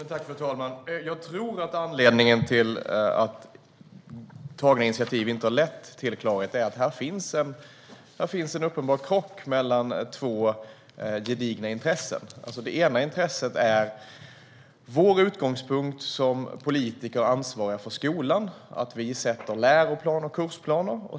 Fru talman! Jag tror att anledningen till att de initiativ som har tagits inte har gett klarhet är att det här finns en uppenbar krock mellan två gedigna intressen. Det ena intresset är vår utgångspunkt som politiker ansvariga för skolan. Vi sätter läroplan och kursplaner.